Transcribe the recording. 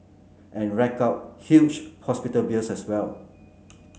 and rack up huge hospital bills as well